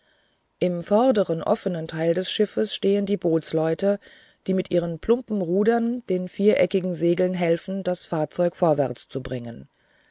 im vorderen offenen teil des schiffes stehen die bootsleute die mit ihren plumpen rudern den viereckigen segeln helfen das fahrzeug vorwärts zu bringen